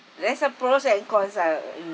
there's the pros and cons ah mm